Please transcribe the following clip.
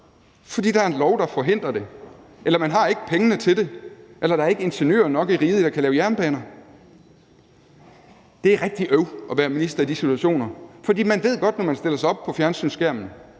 fordi der er en lov, der forhindrer det, eller fordi man ikke har pengene til det, eller fordi der ikke er ingeniører nok i riget, der kan lave jernbaner. Det er rigtig øv at være minister i de situationer, fordi man godt ved, at når man stiller sig op i fjernsynet,